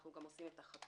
אנחנו גם עושים את החקירה,